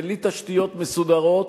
בלי תשתיות מסודרות,